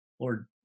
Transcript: Lord